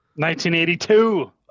1982